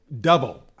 double